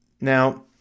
Now